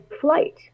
flight